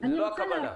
לא הכוונה.